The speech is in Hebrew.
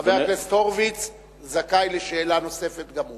חבר הכנסת הורוביץ זכאי לשאלה נוספת גם הוא.